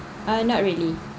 ah not really